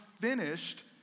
finished